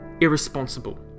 irresponsible